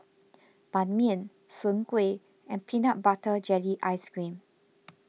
Ban Mian Soon Kueh and Peanut Butter Jelly Ice Cream